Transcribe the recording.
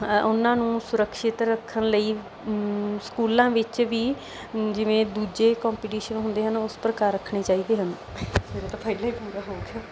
ਉਨ੍ਹਾਂ ਨੂੰ ਸੁਰਕਸ਼ਿਤ ਰੱਖਣ ਲਈ ਸਕੂਲਾਂ ਵਿੱਚ ਵੀ ਜਿਵੇਂ ਦੂਜੇ ਕੋਂਪੀਟੀਸ਼ਨ ਹੁੰਦੇ ਹਨ ਉਸ ਪ੍ਰਕਾਰ ਰੱਖਣੇ ਚਾਹੀਦੇ ਹਨ